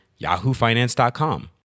yahoofinance.com